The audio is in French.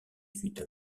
suite